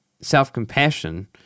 self-compassion